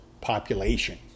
population